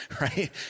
right